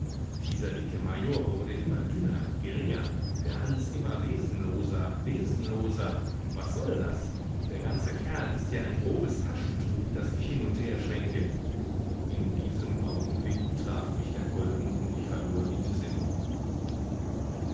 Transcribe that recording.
dieser dicke major wurde immer dünner geringer der hals immer wesenloser wesenloser was soll das der ganze kerl ist ja ein grobes taschentuch das ich hin und herschwenke in diesem augenblick traf mich der kolben und ich verlor die besinnung